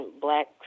black